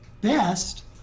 best